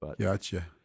Gotcha